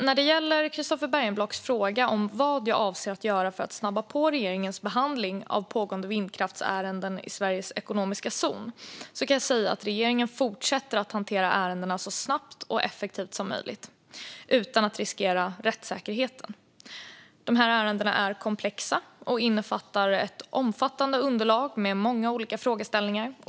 När det gäller Christofer Bergenblocks fråga om vad jag avser att göra för att snabba på regeringens behandling av pågående vindkraftsärenden i Sveriges ekonomiska zon kan jag säga att regeringen fortsätter att hantera ärendena så snabbt och effektivt som möjligt, utan att riskera rättssäkerheten. Ärendena är komplexa och innefattar ett omfattande underlag med många olika frågeställningar.